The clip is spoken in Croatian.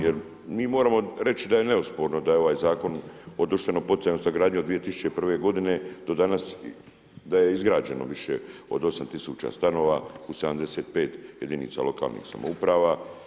Jer mi moramo reći da je neosporno da je ovaj Zakon o društveno poticajnoj stanogradnji od 2001. godine do danas, da je izgrađeno više od 8 tisuća stanova u 75 jedinica lokalnih samouprava.